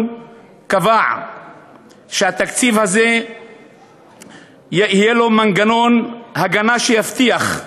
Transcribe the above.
קבע שלתקציב הזה יהיה מנגנון הגנה שיבטיח,